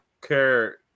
care